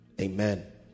Amen